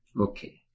okay